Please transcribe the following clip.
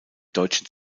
deutschen